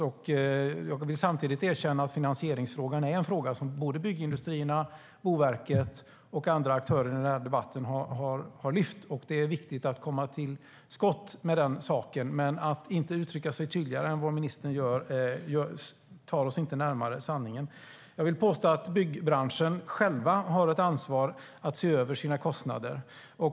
Jag erkänner att finansieringen är en fråga som såväl byggindustrierna och Boverket som andra aktörer har lyft upp i debatten. Det är viktigt att komma till skott med den saken. Att ministern inte uttrycker sig tydligare än han gör tar oss inte närmare sanningen. Jag vill påstå att byggbranschen har ett eget ansvar för att se över sina kostnader.